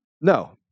no